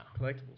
Collectibles